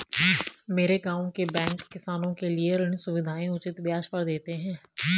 मेरे गांव के बैंक किसानों के लिए ऋण सुविधाएं उचित ब्याज पर देते हैं